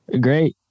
Great